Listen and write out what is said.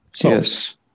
Yes